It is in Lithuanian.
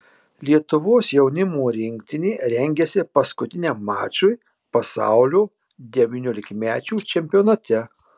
lietuvos jaunimo rinktinė rengiasi paskutiniam mačui pasaulio devyniolikmečių čempionate